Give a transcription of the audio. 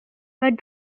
but